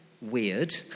weird